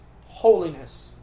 holiness